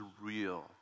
real